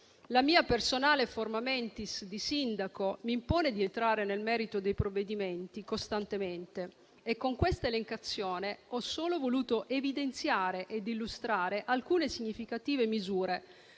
La mia personale *forma mentis* di sindaco mi impone di entrare costantemente nel merito dei provvedimenti e con questa elencazione ho solo voluto evidenziare ed illustrare alcune significative misure,